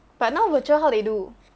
but now virtual how they do